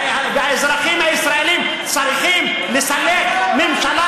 והאזרחים הישראלים צריכים לסלק ממשלה